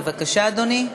בבקשה, אדוני.